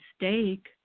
mistake